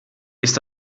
ist